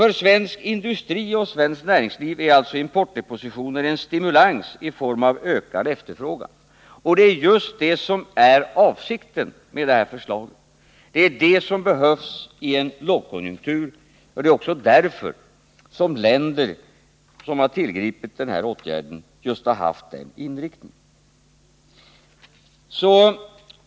För svensk industri och svenskt näringsliv i övrigt ger alltså importdepositioner en stimulans i form av ökad efterfrågan, och det är just det som är avsikten med det här förslaget. Det är det som behövs i en lågkonjunktur, och det är också därför länder som har tillgripit den åtgärden just har haft den inriktningen.